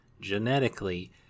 genetically